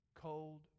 cold